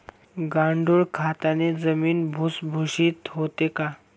गांडूळ खताने जमीन भुसभुशीत होते का?